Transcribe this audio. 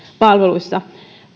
palveluissa